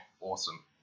Awesome